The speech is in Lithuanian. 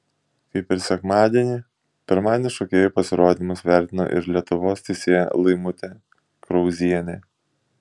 kaip ir sekmadienį pirmadienį šokėjų pasirodymus vertino ir lietuvos teisėja laimutė krauzienė